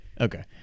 Okay